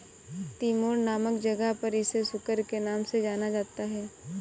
Timor नामक जगह पर इसे सुकर के नाम से जाना जाता है